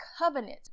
covenant